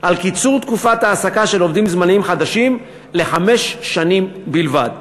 על קיצור תקופת ההעסקה של עובדים זמניים חדשים לחמש שנים בלבד.